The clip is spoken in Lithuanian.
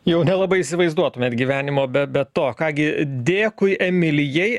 jau nelabai įsivaizduotumėt gyvenimo be be to ką gi dėkui emilijai